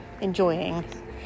enjoying